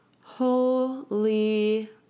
Holy